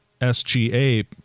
SGA